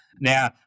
Now